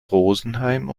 rosenheim